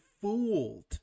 fooled